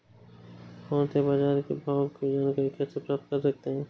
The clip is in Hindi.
फोन से बाजार के भाव की जानकारी कैसे प्राप्त कर सकते हैं?